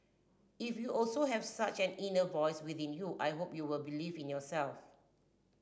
if you also have such an inner voice within you I hope you'll believe in yourself